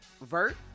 Vert